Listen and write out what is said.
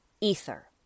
ether